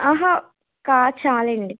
కా చాలు అండి